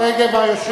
למה,